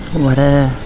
what a